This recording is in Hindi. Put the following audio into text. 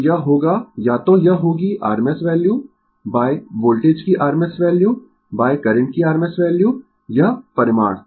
तो यह होगा या तो यह होगी rms वैल्यू वोल्टेज की rms वैल्यू करंट की rms वैल्यू यह परिमाण